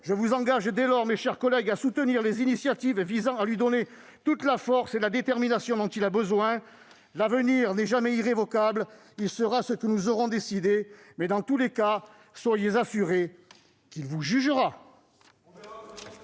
Je vous engage dès lors, mes chers collègues, à soutenir les initiatives visant à lui donner toute la force et la détermination dont il a besoin. L'avenir n'est jamais irrévocable : il sera ce que nous aurons décidé. Dans tous les cas, soyez assurés qu'il vous jugera